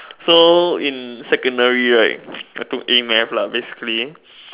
so in secondary right I took A math lah basically